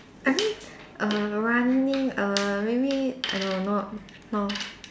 I mean err running err maybe I don't not no